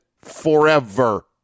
forever